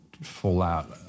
fallout